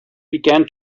began